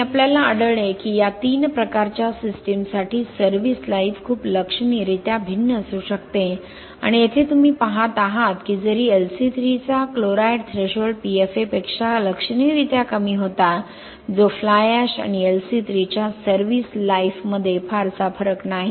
आणि आपल्याला आढळले की या 3 प्रकारच्या सिस्टीमसाठी सर्व्हिस लाइफ खूप लक्षणीयरीत्या भिन्न असू शकते आणि येथे तुम्ही पहात आहात की जरी LC3 चा क्लोराईड थ्रेशोल्ड PFA पेक्षा लक्षणीयरीत्या कमी होता जो फ्लाय ऍश आणि LC3 च्या सर्व्हिस लाइफमध्ये फारसा फरक नाही